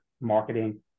marketing